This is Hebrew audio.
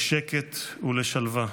לשקט ושלווה.